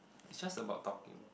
it's just about talking